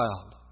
child